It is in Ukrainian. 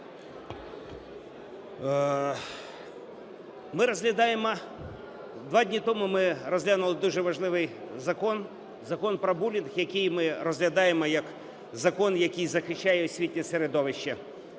Два дні тому ми розглянули дуже важливий закон – Закон про булінг, який ми розглядаємо як закон, який захищає освітнє середовище